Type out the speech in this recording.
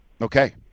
Okay